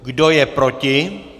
Kdo je proti?